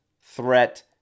threat